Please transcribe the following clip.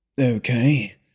Okay